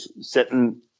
sitting